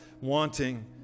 wanting